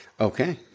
Okay